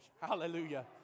Hallelujah